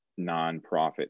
nonprofit